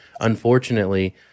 unfortunately